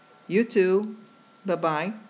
you too bye bye